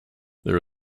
there